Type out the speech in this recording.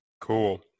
Cool